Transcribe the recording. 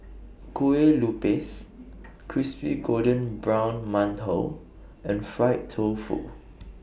Kueh Lupis Crispy Golden Brown mantou and Fried Tofu